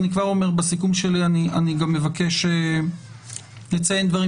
ואני כבר אומר שבסיכום שלי אציין דברים